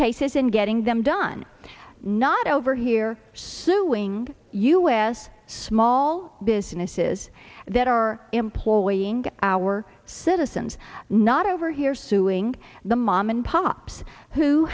cases and getting them done not over here suing us small businesses that are employing our citizens not over here suing the mom and pops who